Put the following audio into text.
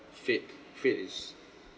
fate fate is